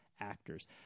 actors